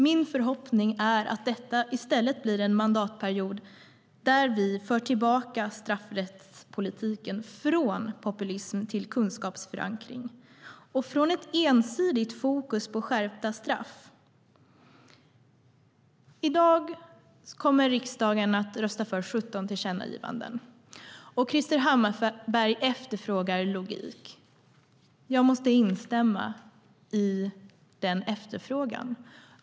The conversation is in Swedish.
Min förhoppning är att detta i stället blir en mandatperiod där vi för tillbaka straffrättspolitiken från populism till kunskapsförankring och från ett ensidigt fokus på skärpta straff. I dag kommer riksdagen att rösta för 17 tillkännagivanden. Krister Hammarbergh efterfrågar logik. Jag måste instämma i den efterfrågan.